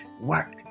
work